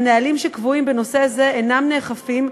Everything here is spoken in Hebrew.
הנהלים שקבועים בנושא זה אינם נאכפים,